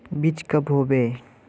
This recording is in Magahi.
बीज कब होबे?